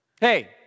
Hey